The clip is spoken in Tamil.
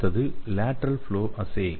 அடுத்த்து லேடெரல் ஃப்ளொ அஸ்ஸே